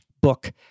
book